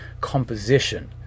composition